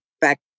back